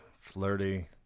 Flirty